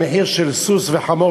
המחיר של סוס וחמור,